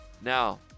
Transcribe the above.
Now